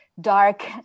dark